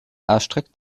erstreckt